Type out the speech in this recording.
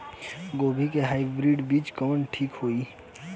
गोभी के हाईब्रिड बीज कवन ठीक होई?